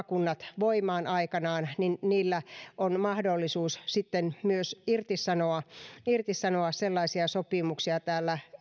uudet maakunnat tulevat voimaan niin niillä on mahdollisuus sitten myös irtisanoa irtisanoa sellaisia sopimuksia täällä